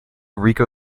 rico